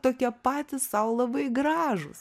tokie patys sau labai gražūs